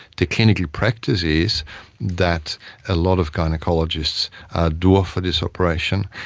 the clinical practice is that a lot of gynaecologists do offer this operation,